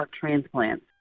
transplants